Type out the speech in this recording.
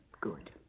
Good